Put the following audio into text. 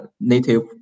native